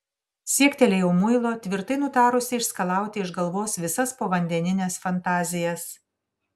siektelėjau muilo tvirtai nutarusi išskalauti iš galvos visas povandenines fantazijas